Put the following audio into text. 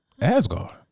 Asgard